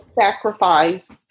sacrifice